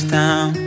down